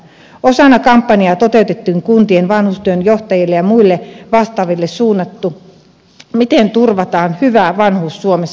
osana kampanjaa toteutettiin kuntien vanhustyön johtajille ja muille vastaaville suunnattu miten turvataan hyvä vanhuus suomessa